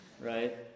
right